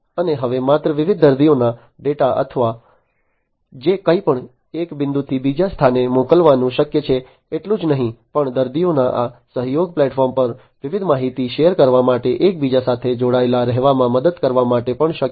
અને હવે માત્ર વિવિધ દર્દીઓનો ડેટા અથવા જે કંઈપણ એક બિંદુથી બીજા સ્થાને મોકલવાનું શક્ય છે એટલું જ નહીં પણ દર્દીઓને આ સહયોગી પ્લેટફોર્મ પર વિવિધ માહિતી શેર કરવા માટે એકબીજા સાથે જોડાયેલા રહેવામાં મદદ કરવા માટે પણ શક્ય છે